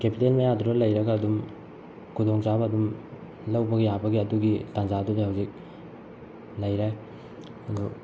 capital ꯃꯌꯥꯗꯨꯗ ꯂꯩꯔꯒ ꯑꯗꯨꯝ ꯈꯨꯗꯣꯡ ꯆꯥꯕ ꯑꯗꯨꯝ ꯂꯧꯕ ꯌꯥꯕꯒꯤ ꯑꯗꯨꯒꯤ ꯇꯥꯟꯖꯥꯗꯨꯗ ꯍꯧꯖꯤꯛ ꯂꯩꯔꯦ ꯑꯗꯨ